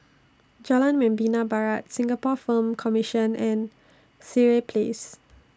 Jalan Membina Barat Singapore Film Commission and Sireh Place